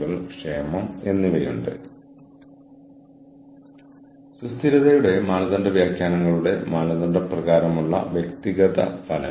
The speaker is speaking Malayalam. ഇതിൽ പരസ്പരബന്ധിതമായ ഒരു ശൃംഖലയിൽ മികച്ച സമ്പ്രദായങ്ങൾ പങ്കിടുന്നത് വളരെ പ്രധാനമാണ്